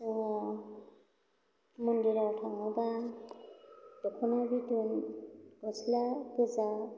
जोङो मन्दिराव थाङोबा दख'ना बिदन गस्ला गोजा